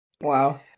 wow